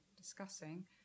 discussing